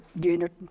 unit